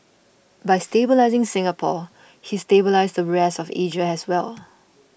by stabilising Singapore he stabilised the rest of Asia as well